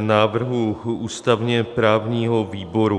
návrhu ústavněprávního výboru.